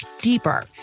deeper